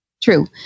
True